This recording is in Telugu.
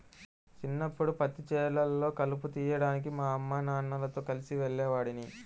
చిన్నప్పడు పత్తి చేలల్లో కలుపు తీయడానికి మా అమ్మానాన్నలతో కలిసి వెళ్ళేవాడిని